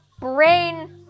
brain